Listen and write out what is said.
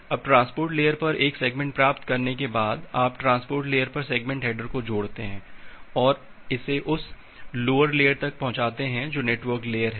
अब transport layer पर एक सेगमेंट प्राप्त करने के बाद आप ट्रांसपोर्ट लेयर पर सेगमेंट हेडर को जोड़ते हैं और इसे उस लोअर लेयर तक पहुंचाते हैं जो नेटवर्क लेयर है